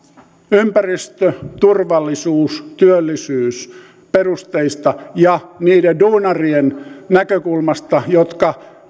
ympäristö turvallisuus työllisyysperusteista ja niiden duunarien näkökulmasta jotka